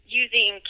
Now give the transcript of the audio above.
using